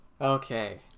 Okay